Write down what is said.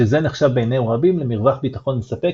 שזה נחשב בעיני רבים למרווח ביטחון מספק